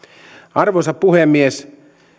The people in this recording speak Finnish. arvoisa puhemies